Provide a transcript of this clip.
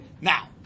Now